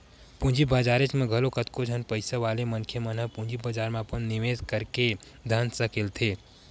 पूंजी बजारेच म घलो कतको झन पइसा वाले मनखे मन ह पूंजी बजार म अपन निवेस करके धन सकेलथे